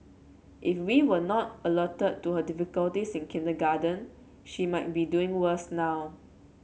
if we were not alerted to her difficulties in kindergarten she might be doing worse now